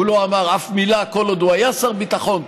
הוא לא אמר אף מילה כל עוד הוא היה שר ביטחון,